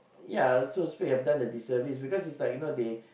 ya so to speak they have done a disservice because it's like you know they